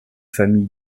famille